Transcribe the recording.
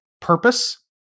purpose